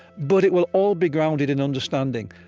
but it will all be grounded in understanding.